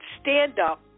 stand-up